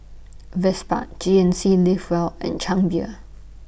Vespa G N C Live Well and Chang Beer